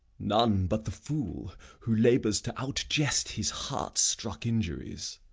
none but the fool, who labours to outjest his heart-struck injuries.